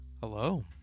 Hello